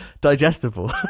Digestible